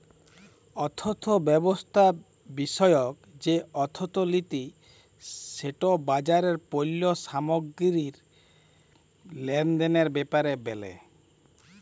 অথ্থব্যবস্থা বিষয়ক যে অথ্থলিতি সেট বাজারে পল্য সামগ্গিরি লেলদেলের ব্যাপারে ব্যলে